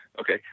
Okay